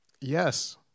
Yes